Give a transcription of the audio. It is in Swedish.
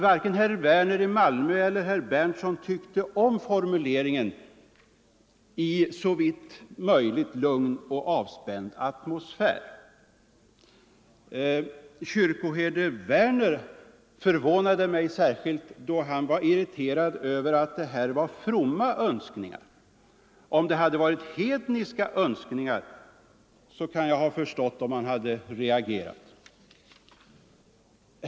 Varken herr Werner i Malmö eller herr Berndtson tyckte om formuleringarna i ”såvitt möjligt lugn och avspänd atmosfär”. Kyrkoherde Werner förvånade mig särskilt då han var irriterad över att det här var fromma önskningar. Om det hade varit hedniska önskningar kan jag ha förstått om han hade reagerat.